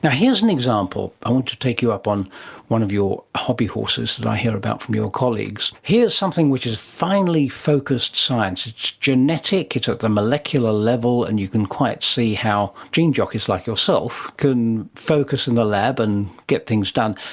here's an example, i want to take you up on one of your hobbyhorses that i hear about from your colleagues, here's something which is finely focused science, it's genetic, it's at the molecular level and you can quite see how gene jockeys like yourself can focus in the lab and get things done.